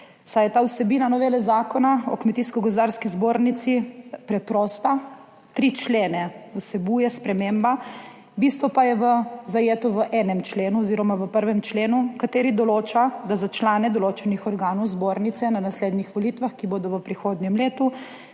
saj je ta vsebina novele Zakona o Kmetijsko gozdarski zbornici preprosta. Sprememba vsebuje tri člene, bistvo pa je zajeto v enem členu oziroma v prvem členu, ki določa, da za člane določenih organov Zbornice na naslednjih volitvah, ki bodo v prihodnjem letu,